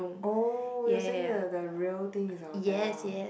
oh you were saying the the real thing is a hotel